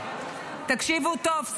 תקשיבו טוב,